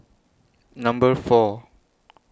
Number four